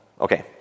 Okay